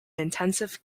intensive